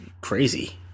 crazy